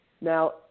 Now